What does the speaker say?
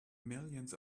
millions